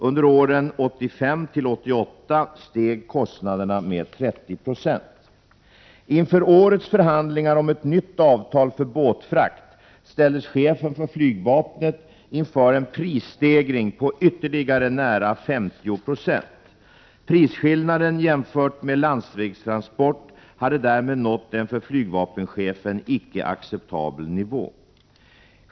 Under åren 1985-1988 steg kostnaderna med 30 96. Inför årets förhandlingar om ett nytt avtal för båtfrakt ställdes chefen för flygvapnet inför en prisstegring på ytterligare nära 50 26. Prisskillnaden jämfört med landsvägstransport hade därmed nått en för flygvapenchefen icke acceptabel nivå.